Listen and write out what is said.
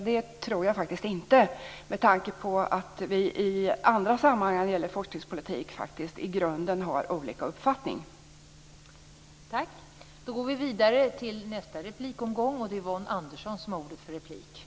Jag tror faktiskt inte det, med tanke på att vi i andra sammanhang när det gäller forskningspolitik faktiskt har olika uppfattning i grunden.